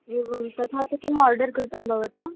एवं तथा च किम् ओर्डर् कृतं भवता